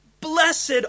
Blessed